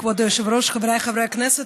כבוד היושב-ראש, חבריי חברי הכנסת,